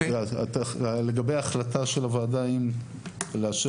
לגבי ההחלטה של הוועדה האם לאשר.